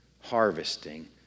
harvesting